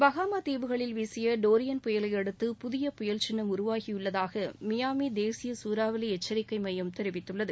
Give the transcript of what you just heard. பஹாமா தீவுகளில் வீசிய டோரியன் புயலை அடுத்து புதிய புயல் சின்னம் உருவாகியுள்ளதாக மியாமி தேசிய சூறாவளி எச்சரிக்கை மையம் தெரிவித்துள்ளது